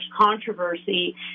controversy